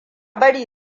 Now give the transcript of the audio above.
bari